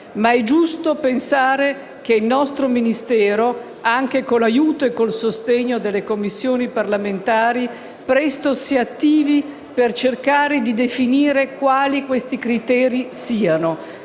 Ma è giusto pensare che il nostro Ministero, anche con l'aiuto e il sostegno delle Commissioni parlamentari, presto si attivi per cercare di definire quali siano questi criteri,